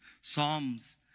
psalms